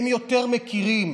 הם יותר מכירים.